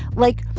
like,